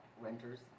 renters